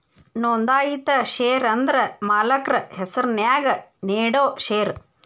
ನೋಂದಾಯಿತ ಷೇರ ಅಂದ್ರ ಮಾಲಕ್ರ ಹೆಸರ್ನ್ಯಾಗ ನೇಡೋ ಷೇರ